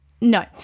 No